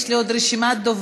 יש לי עוד רשימת דוברים,